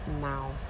now